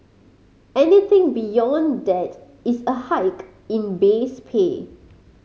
anything beyond that is a hike in base pay